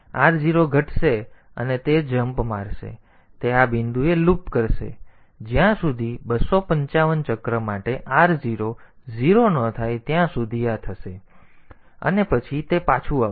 તેથી r 0 ઘટશે અને તે જમ્પ મારશે તે આ બિંદુએ લૂપ કરશે જ્યાં સુધી 255 ચક્ર માટે r0 0 ન થાય ત્યાં સુધી આ થશે અને પછી તે પાછું આવશે